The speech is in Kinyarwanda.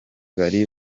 bari